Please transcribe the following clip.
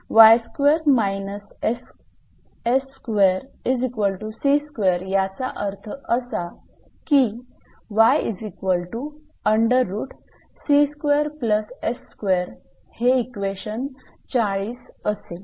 म्हणूनच याचा अर्थ असा की हे इक्वेशन 40 असेल